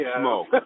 smoke